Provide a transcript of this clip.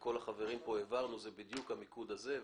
וכל החברים פה העברנו, היא בדיוק המיקוד הזה.